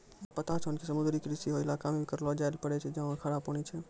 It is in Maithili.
तोरा पता छौं कि समुद्री कृषि हौ इलाका मॅ भी करलो जाय ल पारै छौ जहाँ खारा पानी छै